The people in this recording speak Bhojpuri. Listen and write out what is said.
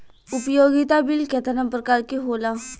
उपयोगिता बिल केतना प्रकार के होला?